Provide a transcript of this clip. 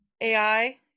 ai